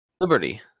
Liberty